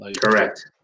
Correct